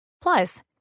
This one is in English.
Plus